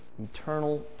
Eternal